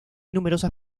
numerosas